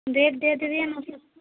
rate دے دیجیے نا